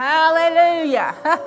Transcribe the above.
Hallelujah